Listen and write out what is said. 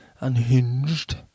unhinged